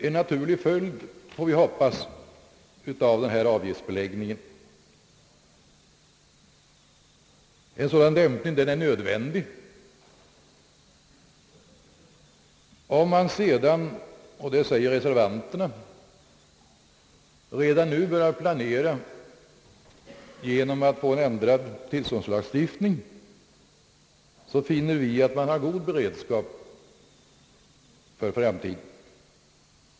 En naturlig följd av den föreslagna avgiftsbeläggningen blir en uppdämning av byggnadsverksamheten, får vi hoppas. En sådan dämpning är nödvändig. Om man samtidigt börjar planeringen redan nu genom att tillståndslagstiftningen ändras, så finner vi reservanter att man har god beredskap för framtiden.